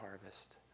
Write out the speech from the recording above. harvest